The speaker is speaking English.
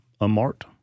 unmarked